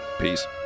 peace